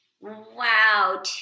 Wow